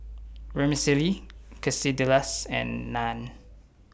Vermicelli Quesadillas and Naan